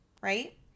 right